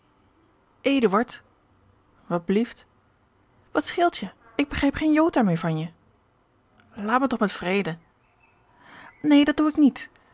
wat blieft wat scheelt je ik begrijp geen jota meer van je laat me toch met vrede neen dat doe ik niet